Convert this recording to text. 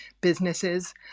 businesses